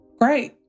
Great